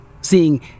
seeing